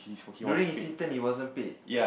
during his intern he wasn't paid